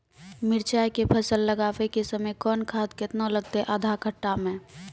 मिरचाय के फसल लगाबै के समय कौन खाद केतना लागतै आधा कट्ठा मे?